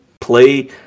play